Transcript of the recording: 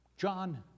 John